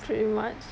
pretty much